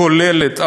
כוללת,